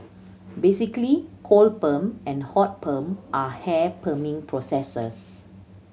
basically cold perm and hot perm are hair perming processes